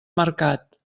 mercat